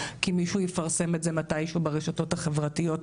כי מישהו יפרסם את זה מתישהו ברשתות החברתיות,